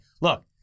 Look